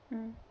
mm